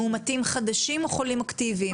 מאומתים חדשים או חולים אקטיביים?